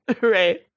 Right